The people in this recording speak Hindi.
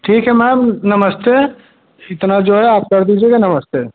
ठीक है मैम नमस्ते इतना जो है आप कर दीजिएगा नमस्ते